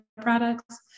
products